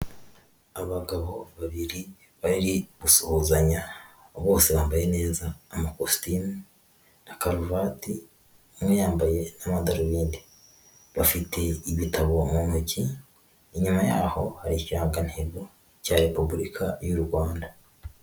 Abagabo babiri bari gusuhuzanya, bose bambaye neza amakositimu na karuvati, umwe yambaye n'amadarubindi, bafite ibitabo mu ntoki, inyuma yaho hari ikirangantego cya Repubulika y'u Rwanda.